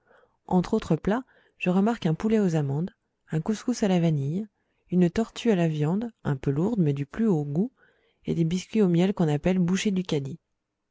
entre autres plats je remarque un poulet aux amandes un cousscouss à la vanille une tortue à la viande un peu lourde mais du plus haut goût et des biscuits au miel qu'on appelle bouchées du kadi